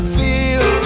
feel